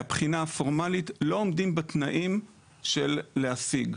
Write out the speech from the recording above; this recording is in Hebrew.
מהבחינה הפורמלית, לא עומדים בתנאים של להשיג.